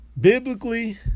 Biblically